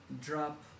drop